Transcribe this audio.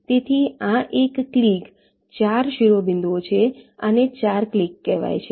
તેથી આ એક ક્લીક 4 શિરોબિંદુ છે આને 4 ક્લીક કહેવાય છે